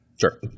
Sure